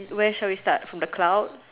where shall we start from the clouds